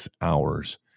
hours